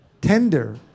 tender